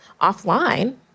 offline